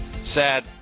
Sad